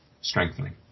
strengthening